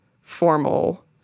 formal